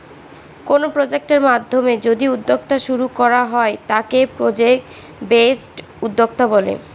কোনো প্রজেক্টের মাধ্যমে যদি উদ্যোক্তা শুরু করা হয় তাকে প্রজেক্ট বেসড উদ্যোক্তা বলে